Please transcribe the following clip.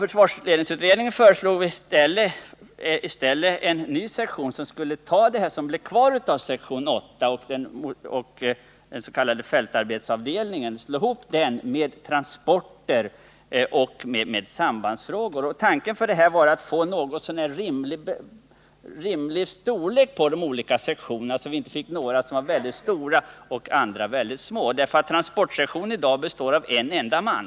Försvarsledningsutredningen föreslog i stället en ny sektion, som skulle ta det som blev kvar av sektion 8 tillsammans med den s.k. fältarbetsavdelningen och föra dem ihop med transportoch sambandsenheterna. Tanken var att få en något så när rimlig storlek på de olika sektionerna, så att vi inte fick några väldigt stora och andra väldigt små. Transportsektionen består i dag av en enda man.